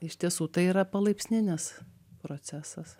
iš tiesų tai yra palaipsninis procesas